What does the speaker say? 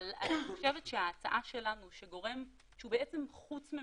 אבל אני חושבת שההצעה שלנו שגורם שהוא בעצם חוץ ממשלתי,